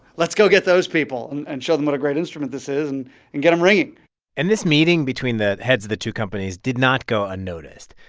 let's go get those people and and show them what a great instrument this is and and get them ringing and this meeting between the heads of the two companies did not go unnoticed.